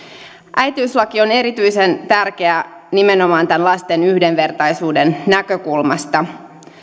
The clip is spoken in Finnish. äitiyslaki on erityisen tärkeä nimenomaan tästä lasten yhdenvertaisuuden näkökulmasta